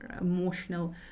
emotional